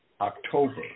October